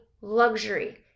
luxury